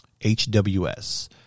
HWS